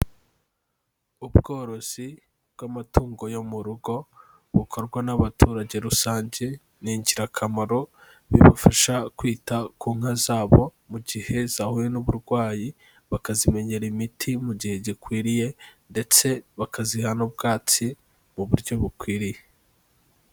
Ubworozi bw'amatungo yo mu rugo, bukorwa n'abaturage rusange, ni ingirakamaro bibafasha kwita ku nka zabo mu gihe zahuye n'uburwayi, bakazimenyera imiti mu gihe gikwiriye, ndetse bakaziha n'ubwatsi mu buryo bukwiriye.